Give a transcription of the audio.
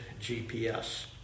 GPS